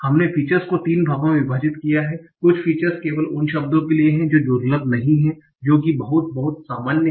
हमने फीचर्स को तीन भागों में विभाजित किया है कुछ फीचर्स केवल उन शब्दों के लिए हैं जो दुर्लभ नहीं हैं जो कि बहुत बहुत सामान्य हैं